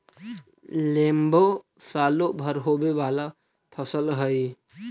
लेम्बो सालो भर होवे वाला फसल हइ